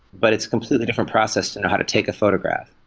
but it's completely different process to know how to take a photograph.